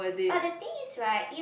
but the thing is right if